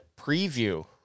preview